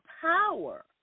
power